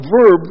verb